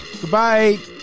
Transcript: Goodbye